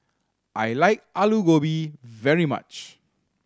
I like Aloo Gobi very much